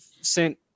sent